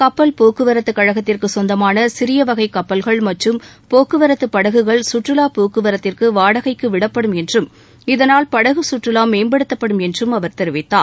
கப்பல் போக்குவரத்து கழகத்திற்கு சொந்தமான சிறிய வகை கப்பல்கள் மற்றும் போக்குவரத்து படகுகள் சுற்றுலா போக்குவரத்திற்கு வாடகைக்கு விடப்படும் என்றும் இதனால் படகு சுற்றுலா மேம்படுத்தப்படும் என்றும் அவர் தெரிவித்தார்